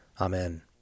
Amen